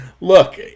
look